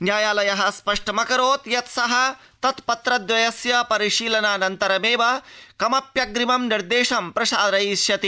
न्यायालय स्पष्टमकरोत् यत् स तत् पत्र दवयस्य परिशीलनाज्नन्तरमेव कमप्यग्रिमं निर्देशं प्रसारयिष्यति